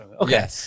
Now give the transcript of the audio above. okay